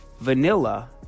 vanilla